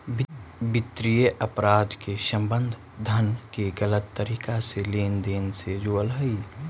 वित्तीय अपराध के संबंध धन के गलत तरीका से लेन देन से जुड़ल हइ